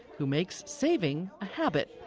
who makes saving a habit.